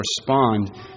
respond